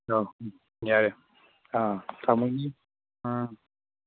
hello ꯎꯝ ꯌꯥꯔꯦ ꯌꯥꯔꯦ ꯑꯥ ꯊꯝꯃꯒꯦ ꯑꯥ